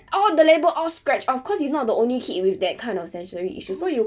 all the label all scratched off cause he's not the only kid with that kind of sensory issues so you